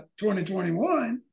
2021